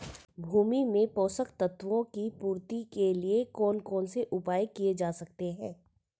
भूमि में पोषक तत्वों की पूर्ति के लिए कौन कौन से उपाय किए जा सकते हैं?